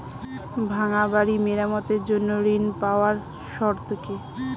ভাঙ্গা বাড়ি মেরামতের জন্য ঋণ পাওয়ার শর্ত কি?